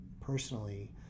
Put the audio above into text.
personally